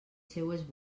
seues